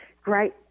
Great